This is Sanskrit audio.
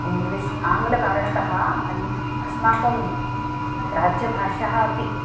इङ्ग्लिश् आङ्ग्लकारणतः अन् अस्माकं राज्यभाषा अपि